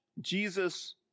Jesus